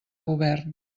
govern